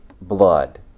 blood